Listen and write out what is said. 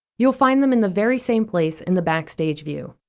you'll find them in the very same place in the backstage view.